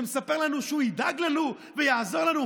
שמספר לנו שהוא ידאג לנו ויעזור לנו,